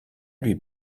lui